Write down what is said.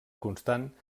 constant